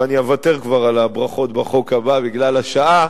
ואני כבר אוותר על הברכות בחוק הבא בגלל השעה,